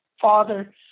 father